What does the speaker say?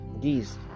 geese